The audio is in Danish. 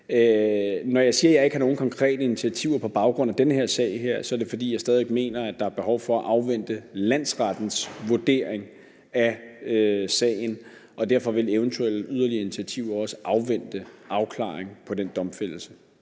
Når jeg siger, at jeg ikke har nogen konkrete initiativer på baggrund af den her sag, er det, fordi jeg stadig væk mener, at der er behov for at afvente landsrettens vurdering af sagen. Derfor vil eventuelle yderligere initiativer også afvente afklaringen af den domfældelse.